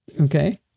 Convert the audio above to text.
Okay